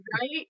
Right